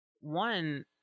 one